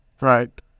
Right